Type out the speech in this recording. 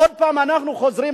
עוד פעם אנחנו חוזרים,